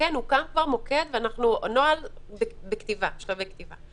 הוקם כבר מוקד והנוהל בשלבי כתיבה.